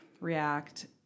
react